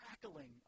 crackling